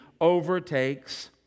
overtakes